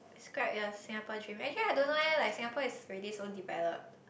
describe your Singapore dream actually I don't know eh like Singapore is already so developed